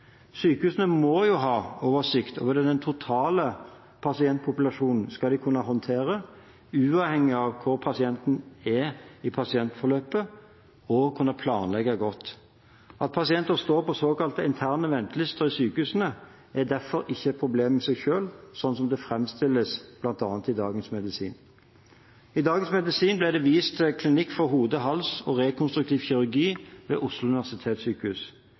Sykehusene må jo ha oversikt over den totale pasientpopulasjonen de skal håndtere, uavhengig av hvor pasienten er i behandlingsforløpet, og kunne planlegge godt. At pasienter står på såkalte interne ventelister i sykehusene, er derfor ikke et problem i seg selv, slik det framstilles bl.a. i Dagens Medisin. I Dagens Medisin ble det vist til Klinikk for hode, hals og rekonstruktiv kirurgi ved Oslo universitetssykehus.